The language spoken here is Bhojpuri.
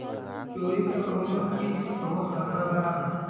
चोरी त कउनो चीज के हो सकला